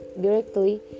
directly